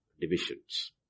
divisions